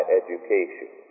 education